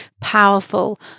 powerful